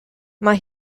mae